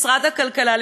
משרד הכלכלה,